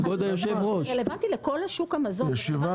זה רלוונטי לכל שוק המזון.